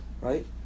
right